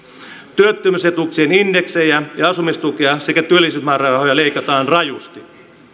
työttömyysetuuksien indeksejä ja asumistukea sekä työllisyysmäärärahoja leikataan rajusti